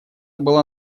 было